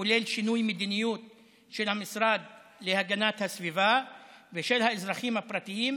הכולל שינוי מדיניות של המשרד להגנת הסביבה ושל האזרחים הפרטיים,